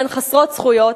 והן חסרות זכויות,